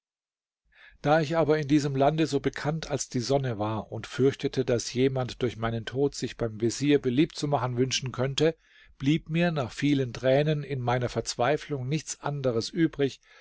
da ich aber in diesem lande so bekannt als die sonne war und fürchtete daß jemand durch meinen tod sich beim vezier beliebt zu machen wünschen könnte blieb mir nach vielen tränen in meiner verzweiflung nichts anderes übrig